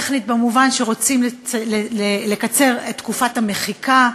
טכנית במובן שרוצים לקצר את תקופת המחיקה.